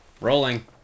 Rolling